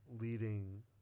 leading